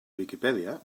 viquipèdia